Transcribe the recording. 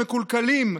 הם מקולקלים.